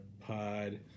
pod